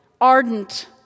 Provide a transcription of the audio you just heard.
ardent